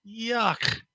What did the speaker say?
Yuck